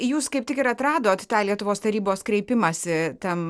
jūs kaip tik ir atradot tą lietuvos tarybos kreipimąsi tam